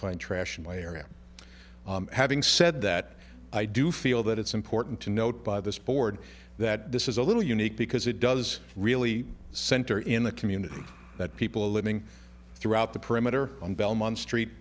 find trash in my area having said that i do feel that it's important to note by this board that this is a little unique because it does really center in the community that people are living throughout the perimeter on belmont street